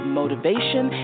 motivation